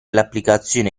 l’applicazione